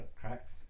cracks